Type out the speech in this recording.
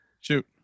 Shoot